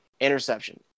interception